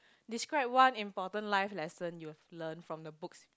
describe one important life lesson you've learnt from the books